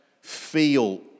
feel